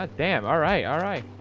ah damn alright, alright